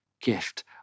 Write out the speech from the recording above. gift